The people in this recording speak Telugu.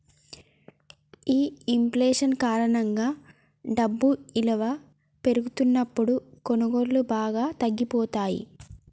ఈ ఇంఫ్లేషన్ కారణంగా డబ్బు ఇలువ పెరుగుతున్నప్పుడు కొనుగోళ్ళు బాగా తగ్గిపోతయ్యి